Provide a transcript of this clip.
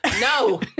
No